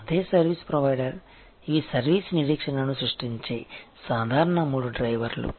అదే service provider ఇవి service నిరీక్షణను సృష్టించే సాధారణ మూడు డ్రైవర్లు